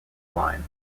line